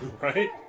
right